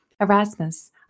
Erasmus